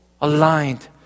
aligned